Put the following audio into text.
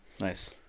nice